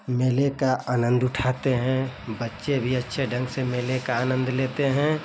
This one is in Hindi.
मेले का आनंद उठाते हैं बच्चे भी अच्छे ढंग से मेले का आनंद लेते हैं